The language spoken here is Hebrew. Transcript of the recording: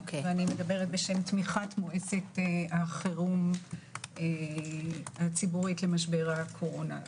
ומדברת בשם תמיכת מועצת החירום הציבורית למשבר הקורונה,